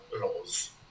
laws